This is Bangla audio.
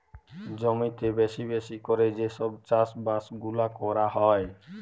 জমিতে বেশি বেশি ক্যরে যে সব চাষ বাস গুলা ক্যরা হ্যয়